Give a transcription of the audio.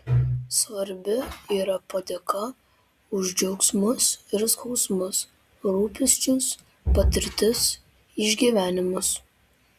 svarbi yra padėka už džiaugsmus ir skausmus rūpesčius patirtis išgyvenimus